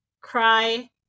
Cry